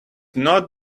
not